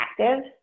active